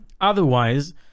otherwise